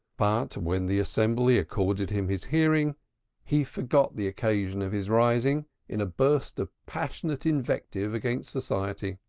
but when the assembly accorded him his hearing he forgot the occasion of his rising in a burst of passionate invective against society.